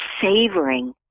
savoring